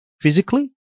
physically